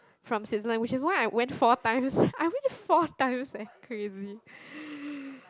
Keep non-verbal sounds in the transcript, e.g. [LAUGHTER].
from Switzerland which is why I went four time I went four times eh crazy [BREATH]